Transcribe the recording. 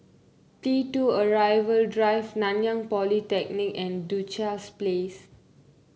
T two Arrival Drive Nanyang Polytechnic and Duchess Place